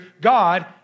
God